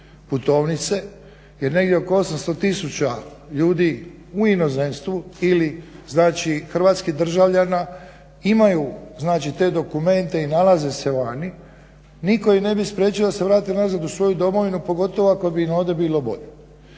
putovnice, jer negdje oko 800 tisuća ljudi u inozemstvu ili znači hrvatski državljana imaju, znači te dokumente i nalaze se vani, niko ih ne bi spriječio da se vrate nazad u svoju domovinu pogotovo ako bi im ovdje bilo bolje.